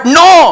no